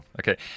Okay